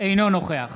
אינו נוכח